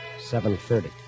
Seven-thirty